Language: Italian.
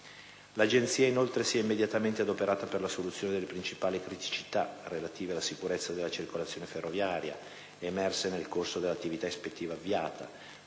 L'Agenzia, inoltre, si è immediatamente adoperata per la soluzione delle principali criticità relative alla sicurezza della circolazione ferroviaria emerse nel corso dell'attività ispettiva avviata,